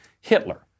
Hitler